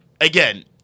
again